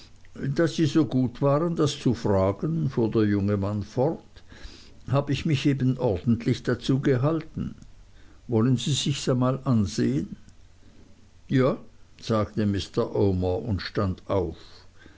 da sie so gut waren das zu sagen fuhr der junge mann fort hab ich mich eben ordentlich dazu gehalten wollen sie sichs einmal ansehen ja sagte mr omer und stand auf